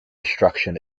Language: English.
destruction